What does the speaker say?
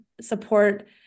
support